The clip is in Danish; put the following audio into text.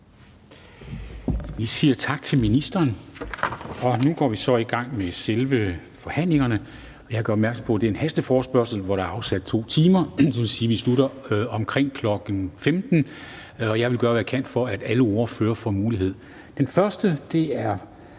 Vi siger tak til ministeren. Nu går vi så i gang med selve forhandlingen, og jeg gør opmærksom på, at det er en hasteforespørgsel, hvor der er afsat 2 timer. Så det vil sige, vi slutter omkring kl. 15.00, og jeg vil gøre, hvad jeg kan, for, at alle ordførere får mulighed for at